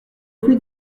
fruits